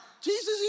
Jesus